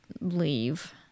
leave